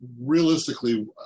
realistically